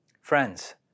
Friends